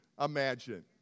imagine